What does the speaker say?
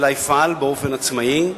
אלא יפעל באופן עצמאי,